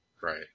Right